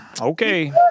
Okay